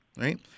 right